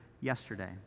yesterday